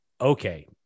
okay